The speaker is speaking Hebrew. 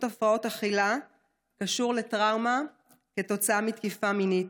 הפרעות אכילה קשור לטראומה כתוצאה מתקיפה מינית.